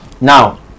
Now